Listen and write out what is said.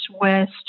West